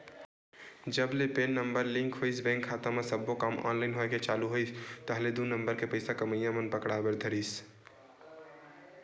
जब ले PAN number link होइस बेंक खाता म सब्बो काम ऑनलाइन होय के चालू होइस ताहले दू नंबर के पइसा कमइया मन पकड़ाय बर धरिस